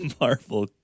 Marvel